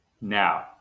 now